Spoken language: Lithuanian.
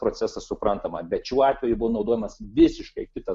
procesas suprantama bet šiuo atveju buvo naudojamas visiškai kitas